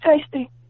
tasty